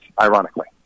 ironically